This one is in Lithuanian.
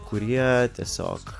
kurie tiesiog